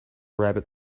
rabbit